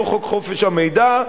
לא חוק חופש המידע,